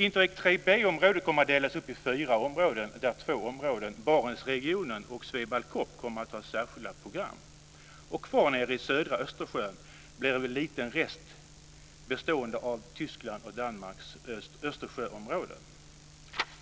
Interreg III b-området kommer att delas upp i fyra områden, där två områden - Barentsregionen och Swebaltcop - kommer att ha särskilda program. Kvar nere i södra Östersjön blir en liten rest bestående av Tysklands och Danmarks Östersjöområden.